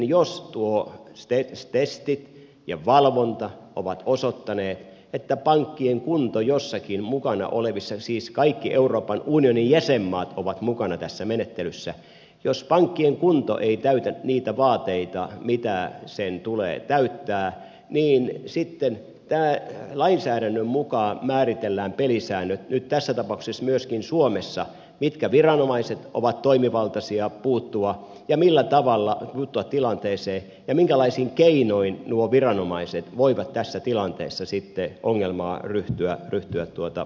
sitten jos nuo testit ja valvonta osoittavat että pankkien kunto joissakin mukana olevissa maissa siis kaikki euroopan unionin jäsenmaat ovat mukana tässä menettelyssä jos pankkien kunto ei täytä niitä vaateita mitä pankin tulee täyttää niin sitten lainsäädännön mukaan määritellään pelisäännöt nyt tässä tapauksessa siis myöskin suomessa mitkä viranomaiset ovat toimivaltaisia puuttumaan tilanteeseen ja minkälaisin keinoin nuo viranomaiset voivat tässä tilanteessa sitten ongelmaa ryhtyä hoitamaan